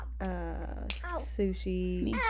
sushi